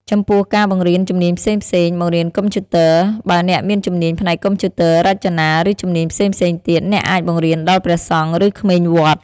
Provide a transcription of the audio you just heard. ចំពោះការបង្រៀនជំនាញផ្សេងៗ (បង្រៀនកុំព្យូទ័រ) បើអ្នកមានជំនាញផ្នែកកុំព្យូទ័រ រចនា រឺជំនាញផ្សេងៗទៀត អ្នកអាចបង្រៀនដល់ព្រះសង្ឃ ឬក្មេងវត្ត។